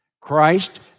Christ